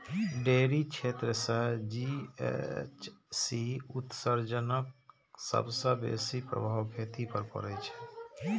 dairy क्षेत्र सं GHC उत्सर्जनक सबसं बेसी प्रभाव खेती पर पड़ै छै